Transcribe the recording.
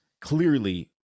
clearly